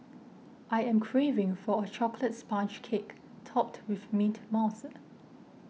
I am craving for a Chocolate Sponge Cake Topped with Mint Mousse